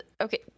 okay